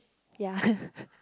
ya